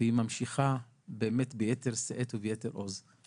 והיא ממשיכה, באמת ביתר שאת וביתר עוז.